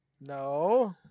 No